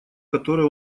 которой